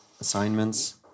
assignments